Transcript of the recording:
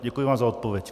Děkuji vám za odpověď.